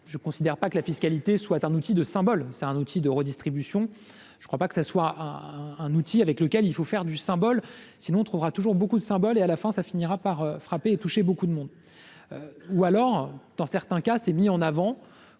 je considère pas que la fiscalité soit un outil de symboles, c'est un outil de redistribution je crois pas que ça soit un un outil avec lequel il faut faire du symbole, sinon on trouvera toujours beaucoup de symboles et à la fin, ça finira par frapper et toucher beaucoup de monde, ou alors dans certains cas c'est mis en avant